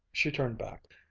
she turned back.